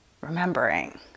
remembering